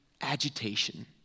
agitation